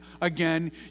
again